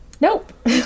Nope